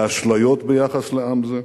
באשליות ביחס לעם זה?